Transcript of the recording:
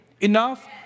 enough